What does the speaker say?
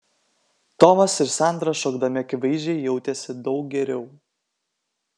tomas ir sandra šokdami akivaizdžiai jautėsi daug geriau